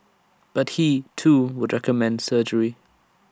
but he too would recommend surgery